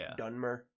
Dunmer